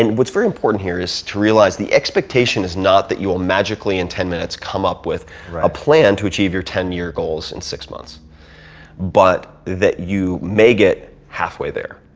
what's very important here is to realize the expectation is not that you'll magically in ten minutes come up with a plan to achieve your ten year goals in six months but that you may get halfway there,